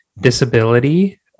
disability